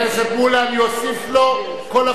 חבר הכנסת מולה, אני אוסיף לו.